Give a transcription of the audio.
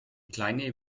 kleine